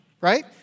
right